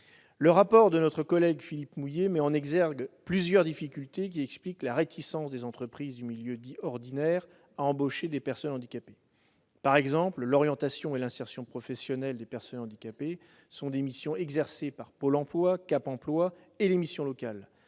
Le rapport de notre collègue Philippe Mouiller met en exergue plusieurs difficultés qui expliquent la réticence des entreprises du milieu dit « ordinaire » à embaucher des personnes handicapées. Par exemple, l'orientation et l'insertion professionnelle de ces dernières sont des missions de Pôle emploi, de Cap emploi et des missions locales,